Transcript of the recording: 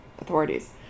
authorities